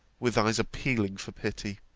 with eyes appealing for pity.